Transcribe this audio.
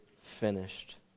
finished